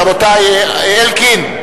חבר הכנסת אלקין,